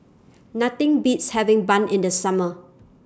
Nothing Beats having Bun in The Summer